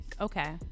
Okay